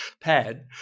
pad